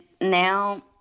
now